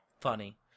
funny